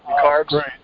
carbs